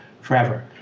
forever